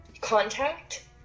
contact